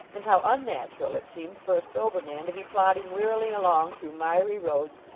and how unnatural it seemed for a sober man to be plodding wearily along through miry roads,